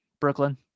Brooklyn